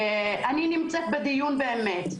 אני נמצאת בדיון באמת.